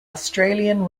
australian